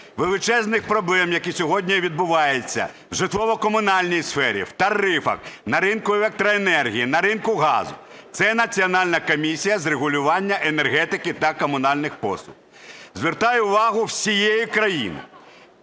величезних проблем, які сьогодні відбуваються в житлово-комунальній сфері, в тарифах, на ринку електроенергії, на ринку газу. Це Національна комісія з регулювання енергетики та комунальних послуг. Звертаю увагу всієї країни.